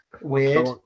weird